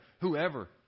whoever